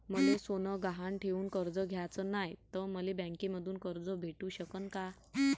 मले सोनं गहान ठेवून कर्ज घ्याचं नाय, त मले बँकेमधून कर्ज भेटू शकन का?